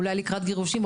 אולי לקראת גירושים,